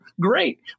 great